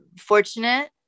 fortunate